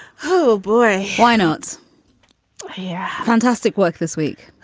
whoo! boy, high notes here yeah fantastic work this week.